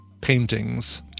paintings